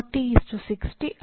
ಮುಂದಿನ ವಿಷಯ "ಕ್ಲಾರಿಟಿ"